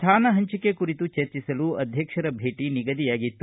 ಸ್ಥಾನ ಹಂಚಿಕೆ ಕುರಿತು ಚರ್ಚಿಸಲು ಅಧ್ಯಕ್ಷರ ಭೇಟ ನಿಗದಿಯಾಗಿತ್ತು